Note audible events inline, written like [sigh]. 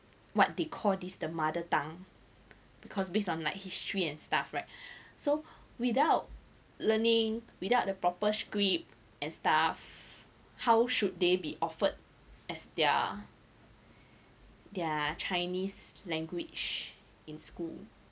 what they call this the mother tongue because based on like history and stuff right [breath] so without learning without the proper script and stuff how should they be offered as their their chinese language in school